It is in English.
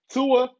Tua